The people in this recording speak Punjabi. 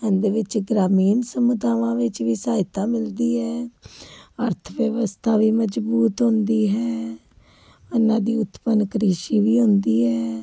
ਇਹਦੇ ਵਿੱਚ ਗ੍ਰਾਮੀਣ ਸਮਤਾਵਾਂ ਵਿੱਚ ਵੀ ਸਹਾਇਤਾ ਮਿਲਦੀ ਹੈ ਅਰਥ ਵਿਵਸਥਾ ਵੀ ਮਜ਼ਬੂਤ ਹੁੰਦੀ ਹੈ ਇਹਨਾਂ ਦੀ ਉਤਪੰਨ ਕ੍ਰਿਸ਼ੀ ਵੀ ਹੁੰਦੀ ਹੈ